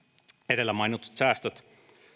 edellä mainitut säästöt